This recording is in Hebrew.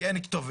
כי אין כתובת.